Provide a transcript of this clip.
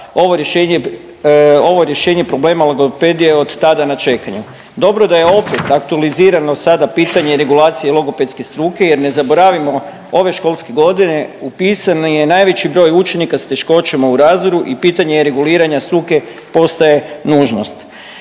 ovo rješenje problema logopedije od tada na čekanju. Dobro da je opet aktualizirano sada pitanje regulacije logopedske struke, jer ne zaboravimo ove školske godine upisan je najveći broj učenika sa teškoćama u razvoju i pitanje reguliranja struke postaje nužnost.